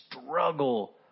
struggle